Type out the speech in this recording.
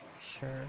Sure